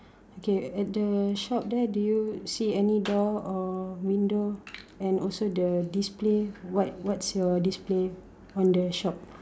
okay at the shop there do you see any door or window and also the display what what's your display on the shop